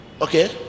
Okay